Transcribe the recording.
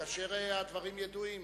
כאשר הדברים ידועים.